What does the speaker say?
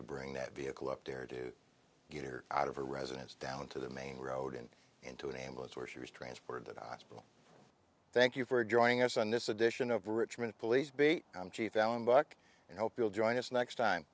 to bring that vehicle up there to get her out of her residence down to the main road and into an ambulance where she was transported that i still thank you for joining us on this edition of richmond police bait m g found buck and hope you'll join us next time